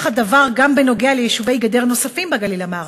כך הדבר גם בנוגע ליישובי גדר נוספים בגליל המערבי,